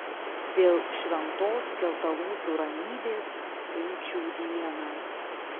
dėl šventos skeltalūpių ramybės kūčių dieną